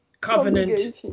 covenant